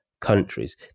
Countries